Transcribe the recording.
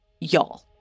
y'all